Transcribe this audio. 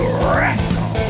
wrestle